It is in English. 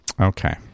Okay